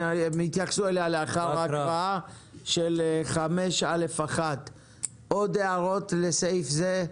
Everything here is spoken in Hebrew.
הם יתייחסו אליה לאחר ההקראה של סעיף 5א1. עוד הערות לסעיף זה?